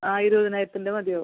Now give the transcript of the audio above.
ആ ഇരുപതിനായിരത്തിൻ്റെ മതിയാവും